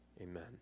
Amen